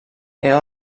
era